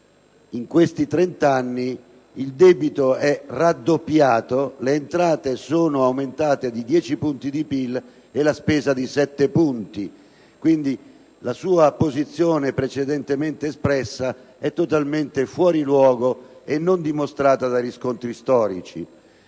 ultimi trent'anni il debito è raddoppiato, le entrate sono aumentate di dieci punti di PIL e la spesa di sette punti, quindi la sua posizione precedentemente espressa è totalmente fuori luogo e non dimostrata da riscontri storici.